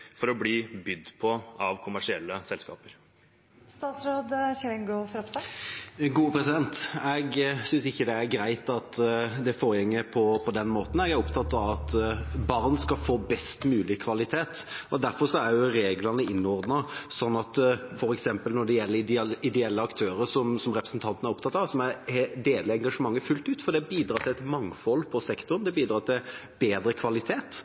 for å bli bydd på av kommersielle selskaper. Jeg synes ikke det er greit at det foregår på den måten. Jeg er opptatt av at barn skal få best mulig kvalitet. Derfor er reglene ordnet slik at ideelle aktører – som representanten er opptatt av, og som jeg deler engasjementet fullt ut for – bidrar til et mangfold i sektoren, bidrar til bedre kvalitet.